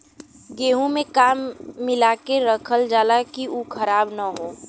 गेहूँ में का मिलाके रखल जाता कि उ खराब न हो?